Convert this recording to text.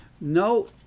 No